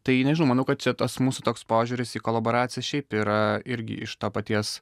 tai nežinau manau kad čia tas mūsų toks požiūris į kolaboraciją šiaip yra irgi iš to paties